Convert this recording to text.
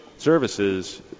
services